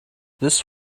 this